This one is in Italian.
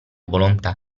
volontà